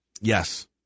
Yes